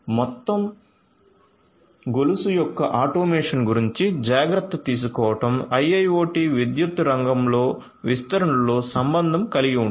మొత్తం గొలుసు యొక్క ఆటోమేషన్ గురించి జాగ్రత్త తీసుకోవడం IIoT విద్యుత్ రంగంలోవిస్తరణలో సంబంధం కలిగి ఉంటుంది